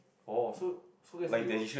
oh so so as you have